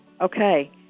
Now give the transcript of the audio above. Okay